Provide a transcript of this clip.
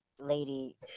lady